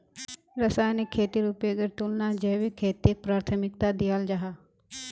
रासायनिक खेतीर उपयोगेर तुलनात जैविक खेतीक प्राथमिकता दियाल जाहा